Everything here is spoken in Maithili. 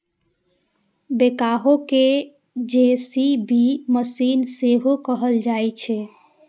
बैकहो कें जे.सी.बी मशीन सेहो कहल जाइ छै